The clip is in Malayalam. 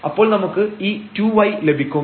അപ്പോൾ നമുക്ക് ഈ 2y ലഭിക്കും